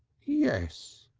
yes.